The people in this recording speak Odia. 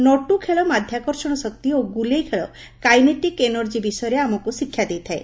ନଟୁ ଖେଳ ମାଧ୍ଧାକର୍ଷଶ ଶକ୍ତି ଓ ଗୁଲେଲ ଖେଳ କାଇନେଟିକ୍ ଏନର୍ଜି ବିଷୟରେ ଆମକୁ ଶିକ୍ଷା ଦେଇଥାଏ